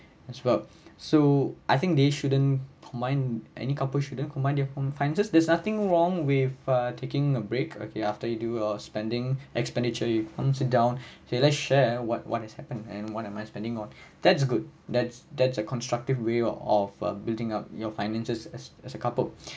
as well so I think they shouldn't mind any couple shouldn't combined their finances there is nothing wrong with uh taking a break okay after you do your spending expenditure you come sit down okay let's share what what has happened and what am I spending on that's good that's that's a constructive way of uh building up your finances as as a couple